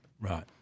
right